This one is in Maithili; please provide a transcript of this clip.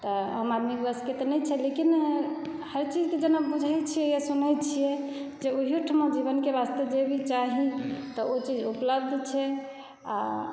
तऽ आम आदमीके वशके तऽ नहि छै लेकिन हर चीजके जेना बुझैत छियै या सुनैत छियै जे ओहोठाम जे जीवनके वास्ते जे भी चाही तऽ ओ चीज उपलब्ध छै आ